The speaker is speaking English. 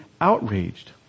outraged